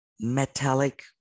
metallic